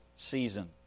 season